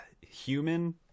human